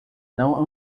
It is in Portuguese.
não